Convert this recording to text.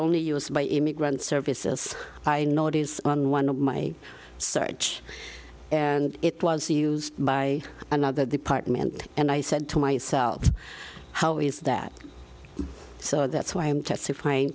only used by immigrant services i know it is on one of my search and it was used by another department and i said to myself how is that so that's why i am testifying